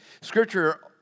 scripture